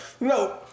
no